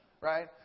right